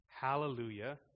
Hallelujah